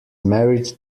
married